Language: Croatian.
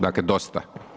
Dakle, dosta.